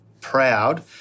proud